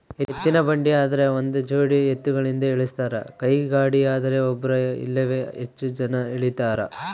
ಎತ್ತಿನಬಂಡಿ ಆದ್ರ ಒಂದುಜೋಡಿ ಎತ್ತುಗಳಿಂದ ಎಳಸ್ತಾರ ಕೈಗಾಡಿಯದ್ರೆ ಒಬ್ರು ಇಲ್ಲವೇ ಹೆಚ್ಚು ಜನ ಎಳೀತಾರ